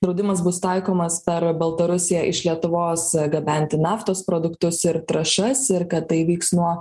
draudimas bus taikomas per baltarusiją iš lietuvos gabenti naftos produktus ir trąšas ir kad tai vyks nuo